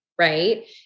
right